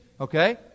okay